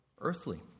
earthly